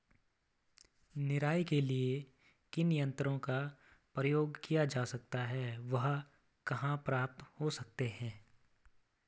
निराई के लिए किन किन यंत्रों का उपयोग किया जाता है वह कहाँ प्राप्त हो सकते हैं?